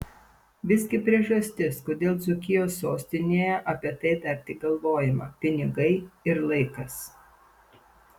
visgi priežastis kodėl dzūkijos sostinėje apie tai dar tik galvojama pinigai ir laikas